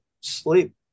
sleep